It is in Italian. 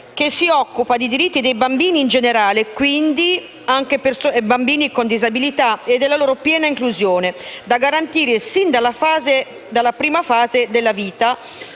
che si occupa di diritti dei bambini in generale e, quindi, anche di bambini con disabilità e della loro piena inclusione, da garantire sin dalla prima fase della vita.